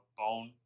bone